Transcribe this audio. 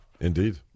Indeed